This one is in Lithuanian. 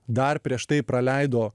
dar prieš tai praleido